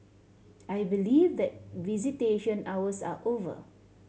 I believe that visitation hours are over